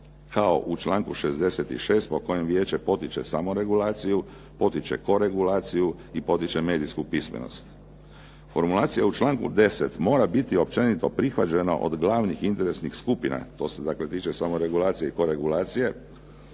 kao u članku 66. po kojem vijeće samo potiče regulaciju, potiče koregulaciju i potiče medijsku pismenost. Formulacija u članku 10. mora biti općenito prihvaćeno od glavnih interesnih skupina. To se tiče samo regulacije i koregulacije,